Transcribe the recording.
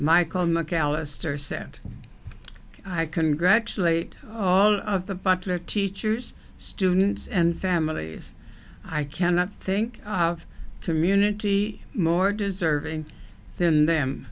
michael mcallister said i congratulate all of the popular teachers students and families i cannot think of community more deserving than them